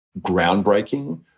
groundbreaking